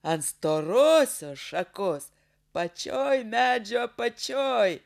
ant storos šakos pačioje medžio apačioj